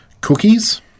cookies